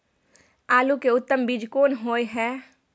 आलू के उत्तम बीज कोन होय है?